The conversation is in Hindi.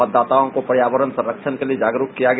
मतदाताओं को पर्यावरण संरक्षण के लिए जागरुक किया गया